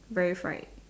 very fried